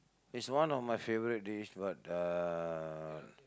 is one of my favourite dish but uh